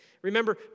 Remember